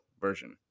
version